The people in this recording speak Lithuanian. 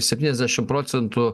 septyniasdešim procentų